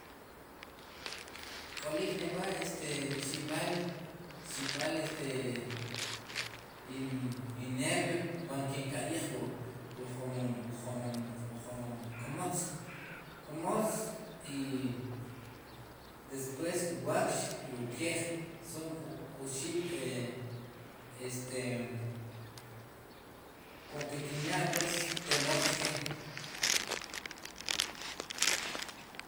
K'olik ne wa xib'al, xib'al este in nervio ataq kin ka'yij wu jun jomon kmatz, kmatz i despues wu wakx i wu keej son oxib' e este konke kinyaa pues temor chke